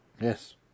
Yes